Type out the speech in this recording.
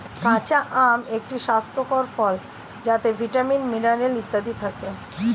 কাঁচা আম একটি স্বাস্থ্যকর ফল যাতে ভিটামিন, মিনারেল ইত্যাদি থাকে